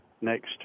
next